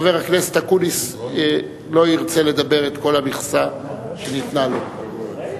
חבר הכנסת אקוניס לא ירצה לדבר את כל המכסה שניתנה לו.